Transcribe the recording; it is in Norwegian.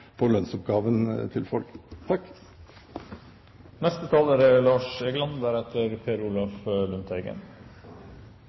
på lønnsoppgaven til folk. Enkeltpersonforetak er